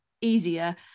easier